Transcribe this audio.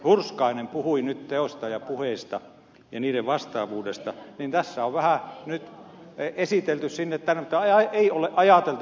hurskainen puhui nyt teoista ja puheista ja niiden vastaavuudesta niin tässä on vähän esitelty sinne tänne mutta ei ole ajateltu kokonaistaloutta